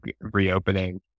reopening